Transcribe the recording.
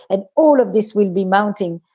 and all of this will be mounting,